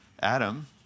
Adam